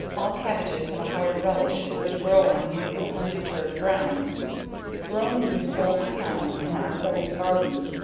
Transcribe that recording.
all cabbages have a higher relish that grow on new unmatured grounds if grown in an old town and on old gardens,